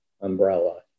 umbrella